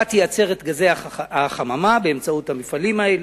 אתה תייצר את גזי החממה באמצעות המפעלים האלה,